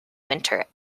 winter